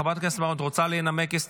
חברת הכנסת מרום, את רוצה לנמק?